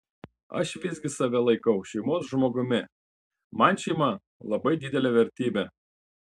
aš visgi save laikau šeimos žmogumi man šeima labai didelė vertybė